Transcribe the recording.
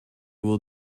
will